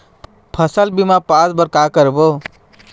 फसल बीमा पास बर का करबो?